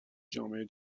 جامعه